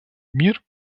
мир